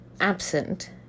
absent